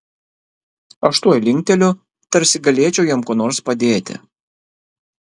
aš tuoj linkteliu tarsi galėčiau jam kuo nors padėti